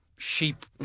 sheep